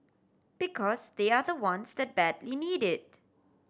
because they are the ones that badly need it